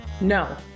No